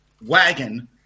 wagon